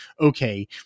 okay